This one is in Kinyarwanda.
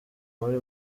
muri